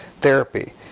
therapy